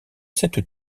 cette